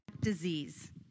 disease